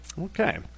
okay